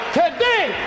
today